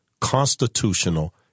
constitutional